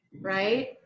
right